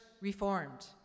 reformed